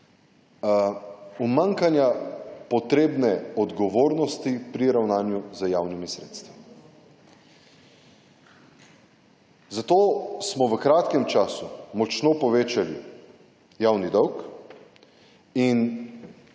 umanjkanja potrebne odgovornosti pri ravnanju z javnimi sredstvi. Zato smo v kratkem času močno povečali javni dolg in